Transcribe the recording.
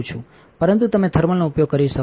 પરંતુ તમે થર્મલનો ઉપયોગ પણ કરી શકો છો